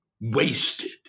Wasted